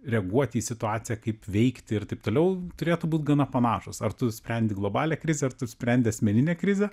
reaguoti į situaciją kaip veikti ir taip toliau turėtų būt gana panašūs ar tu sprendi globalią krizę ar tu sprendi asmeninę krizę